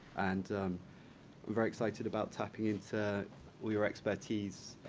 and i'm very excited about tapping into all your expertise,